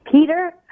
Peter